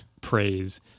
praise